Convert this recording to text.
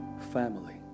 family